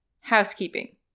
housekeeping